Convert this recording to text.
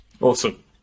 Awesome